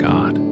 God